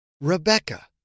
Rebecca